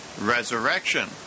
resurrection